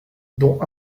dont